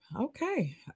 Okay